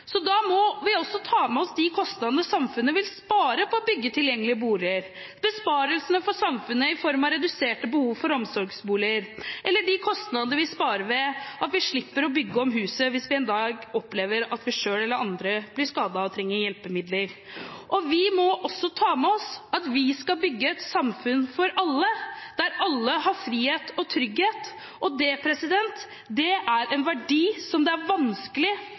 Da må vi også ta med oss de kostnadene samfunnet vil spare på å bygge tilgjengelige boliger – besparelser for samfunnet i form av reduserte behov for omsorgsboliger eller de kostnadene vi sparer ved at vi slipper å bygge om huset hvis vi en dag opplever at vi selv eller andre blir skadet og trenger hjelpemidler. Vi må også ta med oss at vi skal bygge et samfunn for alle, der alle har frihet og trygghet, og det er en verdi som det er vanskelig